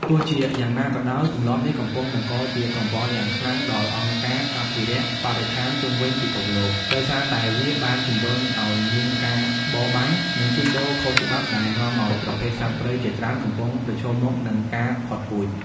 ទោះជាយ៉ាងណាក៏ដោយ ទម្លាប់នេះកំពុងបង្កជាកង្វល់យ៉ាងខ្លាំងដល់អង្គការអភិរក្សបរិស្ថានជុំវិញពិភពលោក ដោយសារតែវាបានជំរុញឱ្យមានការបរបាញ់ និងជួញដូរខុសច្បាប់ ដែលនាំឱ្យប្រភេទសត្វព្រៃជាច្រើនកំពុងប្រឈមមុខនឹងការផុតពូជ។